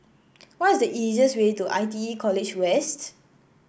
what is the easiest way to I T E College West